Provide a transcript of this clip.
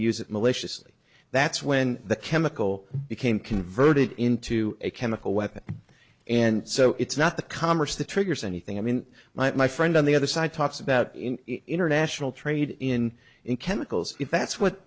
use it maliciously that's when the chemical became converted into a chemical weapon and so it's not the converse the triggers anything i mean my friend on the other side talks about in international trade in in chemicals if that's what